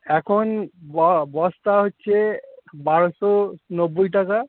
এখন ব বস্তা হচ্ছে বারোশো নব্বই টাকা